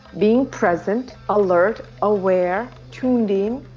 being present, alert, aware, tuned in,